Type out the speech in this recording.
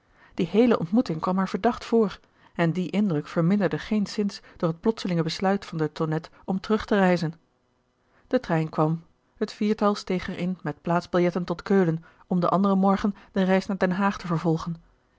die heele ontmoeting kwam haar verdacht voor en die indruk verminderde geenszins door het plotseling besluit van de tonnette om terug te reizen de trein kwam het viertal steeg er in met plaatsbiljetten tot keulen om den anderen morgen de reis naar den haag te vervolgen